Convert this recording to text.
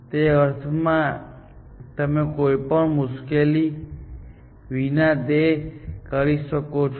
એ અર્થમાં કે તમે કોઈ પણ મુશ્કેલી વિના તે કરી શકો છો